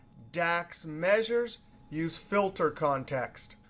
dax measures use filter context.